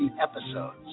episodes